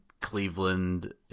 Cleveland